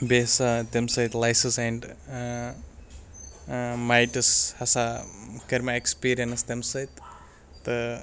بیٚیہِ ہَسا تَمہِ سۭتۍ لایسِس اینٛڈ مایٹٕس ہَسا کٔر مےٚ اٮ۪کٕسپیٖریَنٕس تمہِ سۭتۍ تہٕ